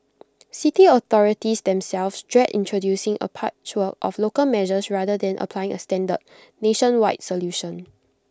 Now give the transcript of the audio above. city authorities themselves dread introducing A patchwork of local measures rather than applying A standard nationwide solution